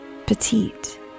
Petite